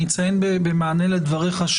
במענה לדבריך,